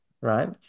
right